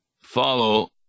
follow